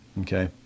Okay